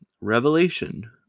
revelation